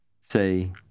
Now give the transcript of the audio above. Say